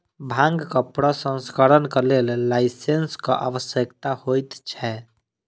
भांगक प्रसंस्करणक लेल लाइसेंसक आवश्यकता होइत छै